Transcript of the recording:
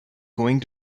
going